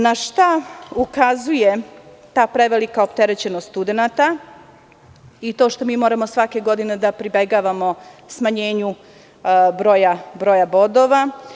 Na šta ukazuje ta prevelika opterećenost studenata i to što moramo svake godine da pribegavamo smanjenju broja bodova?